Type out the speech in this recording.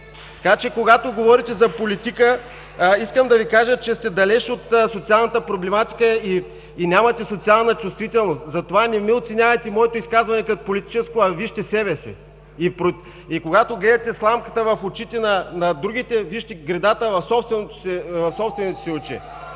Когато говорите за политика, искам да Ви кажа, че сте далеч от социалната проблематика и нямате социална чувствителност. Затова не оценявайте моето изказване като политическо, а вижте себе си. Когато гледате сламката в очите на другите, вижте гредата в собствените си очи.